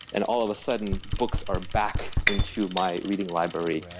and all of a sudden books are back into my reading library.